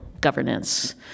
governance